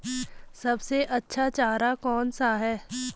सबसे अच्छा चारा कौन सा है?